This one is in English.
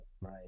Right